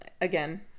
again